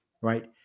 right